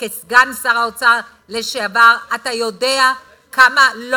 וכסגן שר האוצר לשעבר אתה יודע כמה לא.